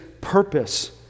purpose